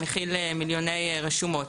מכיל מיליוני רשומות.